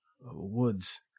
woods